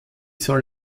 soll